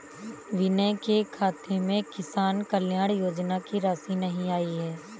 विनय के खाते में किसान कल्याण योजना की राशि नहीं आई है